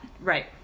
Right